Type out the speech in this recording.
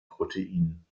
protein